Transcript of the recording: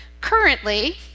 currently